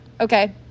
okay